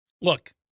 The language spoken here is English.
Look